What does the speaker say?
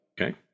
Okay